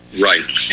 right